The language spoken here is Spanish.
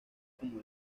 como